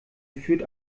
führt